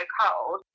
cold